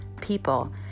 people